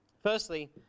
Firstly